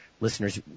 listeners